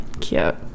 cute